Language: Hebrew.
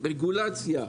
רגולציה,